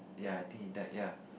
ya I think he died ya